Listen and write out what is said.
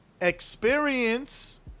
experience